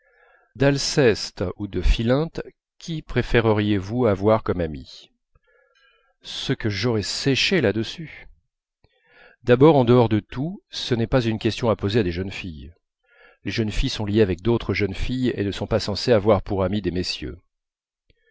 d'alceste ou de philinte qui préféreriez vous avoir comme ami ce que j'aurais séché là-dessus d'abord en dehors de tout ce n'est pas une question à poser à des jeunes filles les jeunes filles sont liées avec d'autres jeunes filles et ne sont pas censées avoir pour amis des messieurs